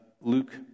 Luke